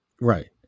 Right